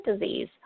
disease